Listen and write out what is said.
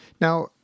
Now